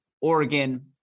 Oregon